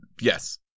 Yes